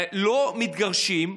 לא מתגרשים,